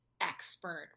expert